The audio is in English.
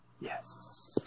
Yes